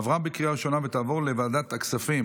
לוועדת הכספים